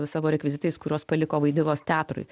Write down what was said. savo rekvizitais kuriuos paliko vaidilos teatrui